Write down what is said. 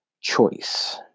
choice